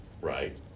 Right